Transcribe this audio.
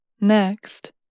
Next